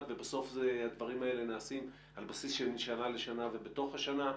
ובסוף הדברים האלה נעשים על בסיס של משנה לשנה ובתוך השנה.